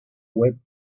web